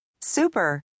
Super